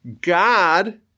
God